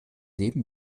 leben